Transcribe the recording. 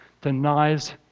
denies